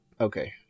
okay